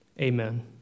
Amen